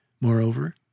Moreover